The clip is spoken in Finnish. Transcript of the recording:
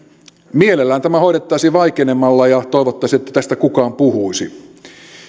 mielellään tämä hoidettaisiin vaikenemalla ja toivottaisiin ettei tästä kukaan puhuisi